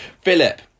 Philip